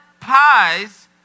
pies